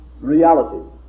reality